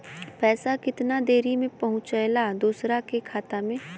पैसा कितना देरी मे पहुंचयला दोसरा के खाता मे?